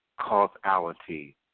causality